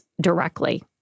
directly